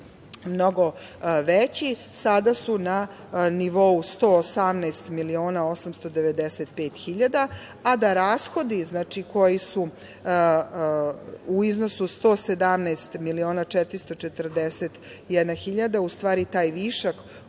mnogo veći sada su na nivou 118 miliona 895 hiljada, a da rashodi koji su u iznosu od 117 miliona 441 hiljada, u stvari taj višak